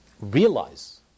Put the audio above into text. realize